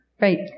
Right